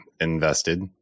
invested